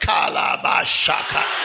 Kalabashaka